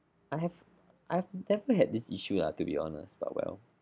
I have I have definitely had this issue lah to be honest but well